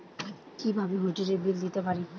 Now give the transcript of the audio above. কিভাবে হোটেলের বিল দিতে পারি?